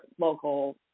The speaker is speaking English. local